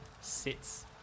sits